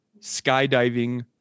skydiving